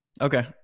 okay